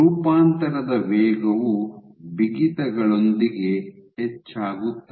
ರೂಪಾಂತರದ ವೇಗವು ಬಿಗಿತಗಳೊಂದಿಗೆ ಹೆಚ್ಚಾಗುತ್ತದೆ